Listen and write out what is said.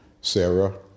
Sarah